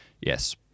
Yes